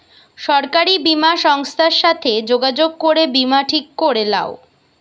সরকারি বীমা সংস্থার সাথে যোগাযোগ করে বীমা ঠিক করে লাও